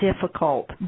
difficult